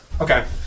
Okay